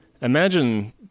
imagine